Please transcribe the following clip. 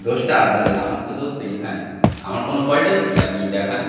দোষটা আপনাদের আমার তো দোষ নেই এখানে আমার কোনো ফল্ট আছে কি আপনি দেখান